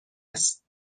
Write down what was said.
است